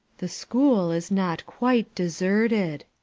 the school is not quite deserted,